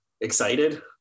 excited